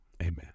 Amen